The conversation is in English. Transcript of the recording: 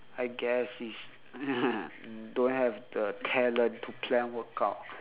I guess is don't have the talent to plan workout